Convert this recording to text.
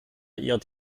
ihr